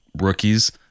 rookies